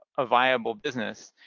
a viable business.